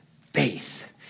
faith